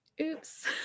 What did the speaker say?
oops